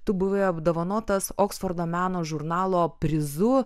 tu buvai apdovanotas oksfordo meno žurnalo prizu